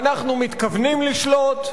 ואנחנו מתכוונים לשלוט,